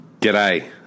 G'day